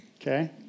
Okay